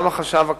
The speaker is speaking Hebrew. גם החשב הכללי.